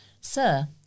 Sir